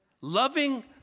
Loving